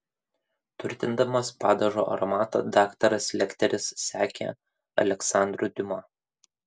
turtindamas padažo aromatą daktaras lekteris sekė aleksandru diuma